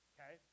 Okay